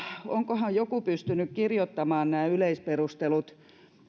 onkohan joku pystynyt kirjoittamaan nämä yleisperustelut